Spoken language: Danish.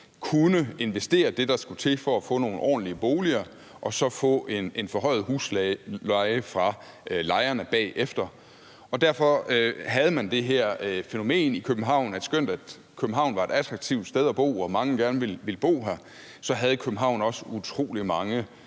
kunne investere det, der skulle til for at få nogle ordentlige boliger og få en forhøjet husleje fra lejerne bagefter. Og derfor havde man det her fænomen i København, hvor København, skønt det var et attraktivt sted at bo, og skønt mange gerne ville bo her, også havde utrolig mange